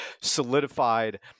solidified